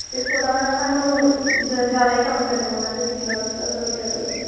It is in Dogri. थोह्ड़ा थाह् जादै ई कम्म करना पौना ते दिक्खी लैओ जे होई सकदा ते